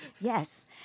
Yes